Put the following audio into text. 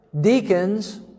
deacons